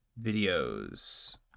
videos